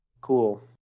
cool